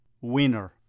Winner